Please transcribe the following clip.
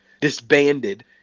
disbanded